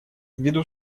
ввиду